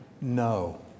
no